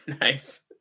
Nice